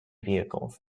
vehicles